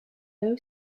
low